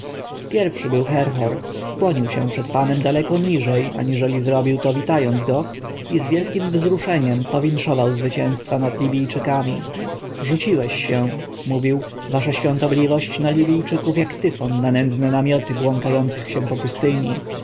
pierwszym był herhor skłonił się przed panem daleko niżej aniżeli zrobił to witając go i z wielkiem wzruszeniem powinszował zwycięstwa nad libijczykami rzuciłeś się mówił wasza świątobliwość na libijczyków jak tyfon na nędzne namioty błąkających się po pustyni